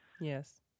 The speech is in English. Yes